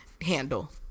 handle